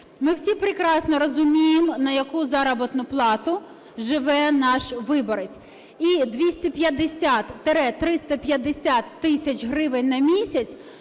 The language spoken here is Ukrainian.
Ми всі прекрасно розуміємо, на яку заробітну плату живе наш виборець. І 250-350 тисяч гривень на місяць